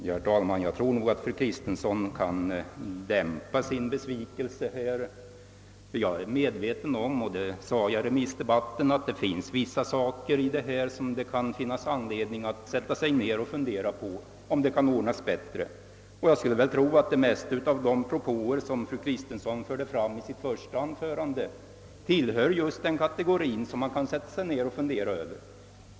Herr talman! Jag tror att fru Kristensson kan dämpa sin besvikelse härvidlag, ty jag är medveten om — vilket jag framhöll i remissdebatten — att det finns vissa saker i detta sammanhang som kan föranleda funderingar om huruvida förhållandena inte kunde ordnas på ett bättre sätt. Och jag skulle tro att de flesta av de propåer, som fru Kristensson framförde i sitt första anförande, tillhör den kategori som man kan sätta sig ned och fundera över.